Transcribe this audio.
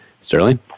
Sterling